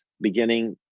beginning